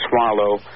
swallow